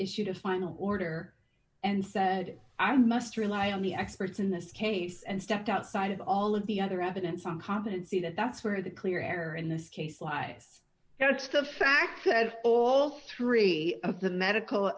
issued a final order and said i must rely on the experts in this case and stepped outside of all of the other evidence on competency that that's where the clear error in this case lies it's the fact of all three of the medical